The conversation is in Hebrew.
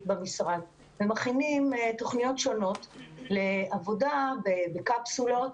במשרד ומכינים תוכניות שונות לעבודה בקפסולות,